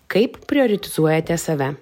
kaip prioritizuojate save